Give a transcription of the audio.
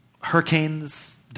Hurricanes